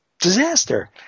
disaster